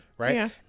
right